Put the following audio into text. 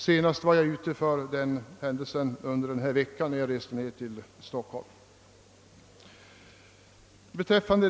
Senast denna vecka blev jag utsatt för en sådan händelse när jag reste ned till Stockholm.